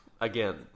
again